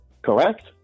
Correct